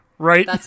Right